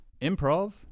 Improv